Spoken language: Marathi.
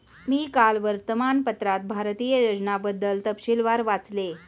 मी काल वर्तमानपत्रात भारतीय योजनांबद्दल तपशीलवार वाचले